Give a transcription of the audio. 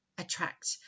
attract